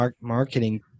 marketing